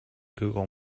google